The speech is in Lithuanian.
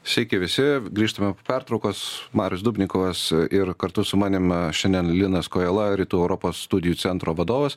sykį visi grįžtame po pertraukos marius dubnikovas ir kartu su manim šiandien linas kojala rytų europos studijų centro vadovas